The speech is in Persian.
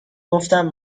گفتم